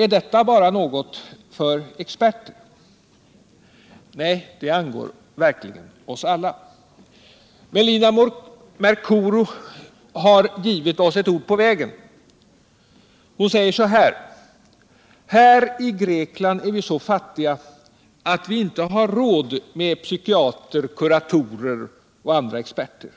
Är detta bara något för experter? Nej, det angår verkligen oss alla. Melina Mercouri har gett oss ett ord på vägen. Hon säger: Här i Grekland är vi så fattiga att vi inte har råd med psykiatriker, kuratorer och andra experter.